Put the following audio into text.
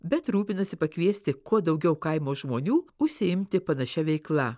bet rūpinasi pakviesti kuo daugiau kaimo žmonių užsiimti panašia veikla